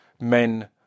men